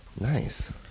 Nice